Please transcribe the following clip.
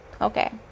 Okay